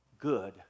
good